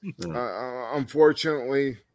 unfortunately